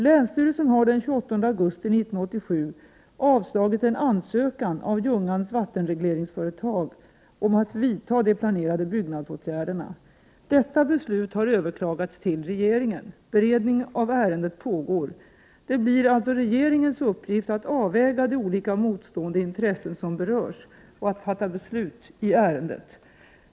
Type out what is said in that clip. Länsstyrelsen har den 28 augusti 1987 avslagit en ansökan av Ljungans vattenregleringsföretag om att vidta de planerade byggnadsåtgärderna. Detta beslut har överklagats till regeringen. Beredning av ärendet pågår. Det blir alltså regeringens uppgift att avväga de olika motstående intressen som berörs och att fatta beslut i ärendet.